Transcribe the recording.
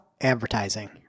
advertising